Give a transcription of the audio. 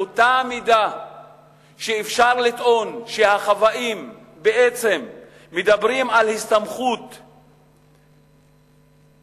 באותה מידה שאפשר לטעון שהחוואים בעצם מדברים על הסתמכות עתידית,